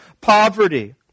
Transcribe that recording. poverty